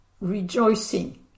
rejoicing